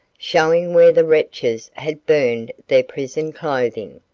showing where the wretches had burned their prison clothing,